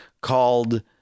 called